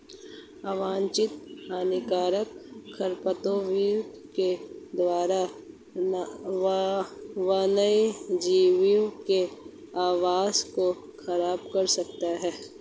अवांछित हानिकारक खरपतवारों की वृद्धि वन्यजीवों के आवास को ख़राब कर सकती है